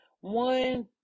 one